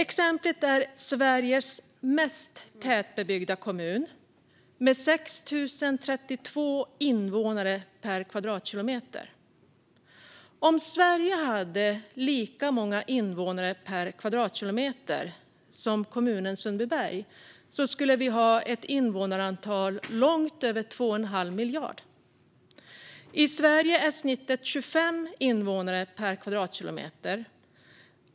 Exemplet är Sveriges mest tätbebyggda kommun, med 6 032 invånare per kvadratkilometer. Om Sverige hade lika många invånare per kvadratkilometer som kommunen Sundbyberg skulle vi ha ett invånarantal långt över 2 1⁄2 miljard. I Sverige är genomsnittet 25 invånare per kvadratkilometer.